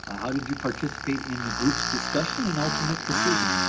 how did you participate in the group's discussion and ultimate decision?